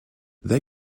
they